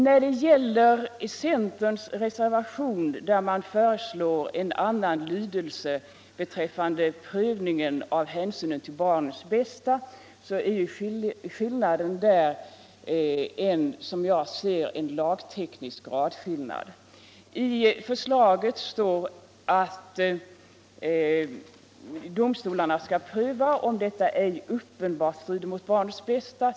Centern föreslår i en reservation en annan lydelse beträffande prövningen av hänsynen till barnens bästa. Skillnaden mellan utskottets förslag och reservationens är som jag ser det en lagteknisk gradskillnad. I förslaget heter det att domstolarna skall pröva om detta ”ej är uppenbart stridande mot barnens bästa”.